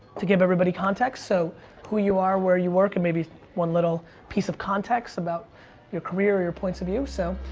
to give everybody context, so who you are, where you work, and maybe one little piece of context about your career or your points of view, so